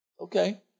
Okay